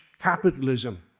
capitalism